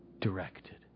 directed